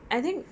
I think